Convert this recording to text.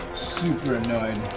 super annoyed,